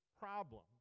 problem